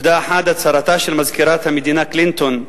עובדה אחת, הצהרתה של מזכירת המדינה קלינטון: